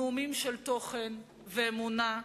נאומים של תוכן ואמונה,